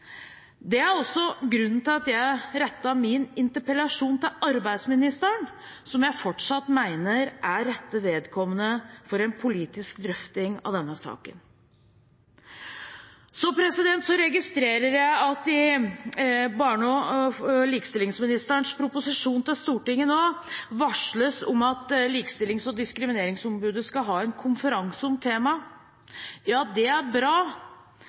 også grunnen til at jeg rettet min interpellasjon til arbeidsministeren, som jeg fortsatt mener er rette vedkommende for en politisk drøfting av denne saken Jeg registrerer at i barne- og likestillingsministerens proposisjon varsles det at Likestillings- og diskrimineringsombudet skal ha en konferanse om temaet. Det er bra,